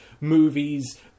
movies